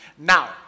Now